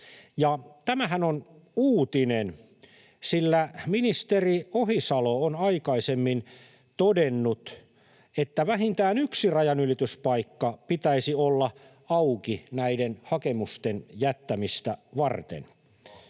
Tämähän on uutinen, sillä ministeri Ohisalo on aikaisemmin todennut, että vähintään yksi rajanylityspaikka pitäisi olla auki näiden hakemusten jättämistä varten.